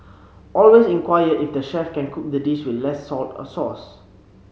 always inquire if the chef can cook the dish with less salt or sauce